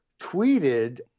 tweeted